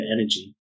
energy